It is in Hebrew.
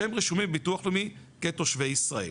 שהם רשומים בביטוח הלאומי כתושבי ישראל.